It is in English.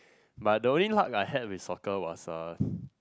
but the only luck I had with soccer was uh